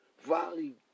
Volley